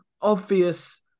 obvious